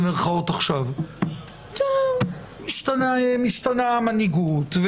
פתאום השתנתה המנהיגות,